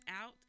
out